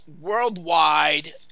worldwide